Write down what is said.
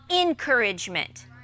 encouragement